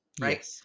right